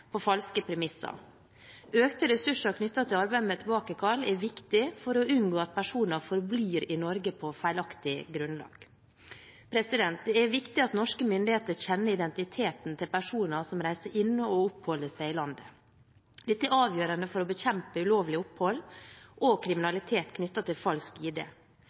på falske premisser. Økte ressurser knyttet til arbeid med tilbakekall er viktig for å unngå at personer forblir i Norge på feilaktig grunnlag. Det er viktig at norske myndigheter kjenner identiteten til personer som reiser inn og oppholder seg i landet. Dette er avgjørende for å bekjempe ulovlig opphold og kriminalitet knyttet til falsk